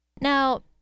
Now